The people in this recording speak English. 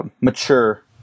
mature